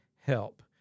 help